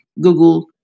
Google